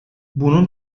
bunun